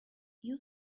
you